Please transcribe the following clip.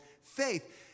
faith